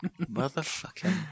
Motherfucking